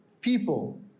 people